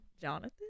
jonathan